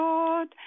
Lord